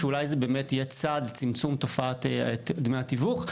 שאולי זה באמת יהיה צעד לצמצום תופעת דמי התיווך.